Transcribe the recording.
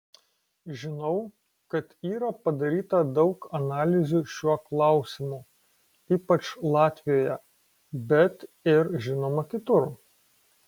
žinau kad yra padaryta daug analizių šiuo klausimu ypač latvijoje bet ir žinoma kitur